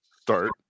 Start